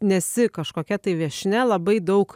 nesi kažkokia tai viešnia labai daug